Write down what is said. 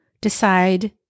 decide